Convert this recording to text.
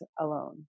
alone